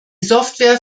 software